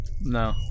No